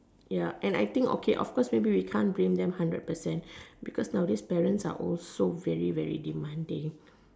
ya and I think okay maybe we can't hundred per cent blame them because parents nowadays are very very demanding